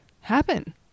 happen